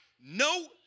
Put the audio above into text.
No